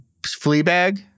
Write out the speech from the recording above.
Fleabag